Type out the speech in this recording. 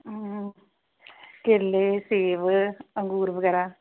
ਕੇਲੇ ਸੇਬ ਅੰਗੂਰ ਵਗੈਰਾ